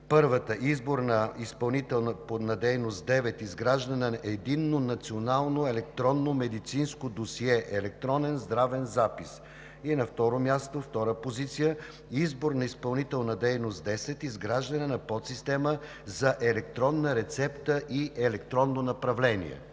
Първата е „Избор на изпълнител на дейност 9: изграждане на единно, национално, електронно, медицинско досие – електронен здравен запис“. На второ място, втора позиция „Избор на изпълнителна дейност 10: изграждане на подсистема за електронна рецепта и електронно направление“.